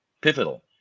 pivotal